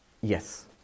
Yes